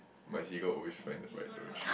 my seagull always fly the right direction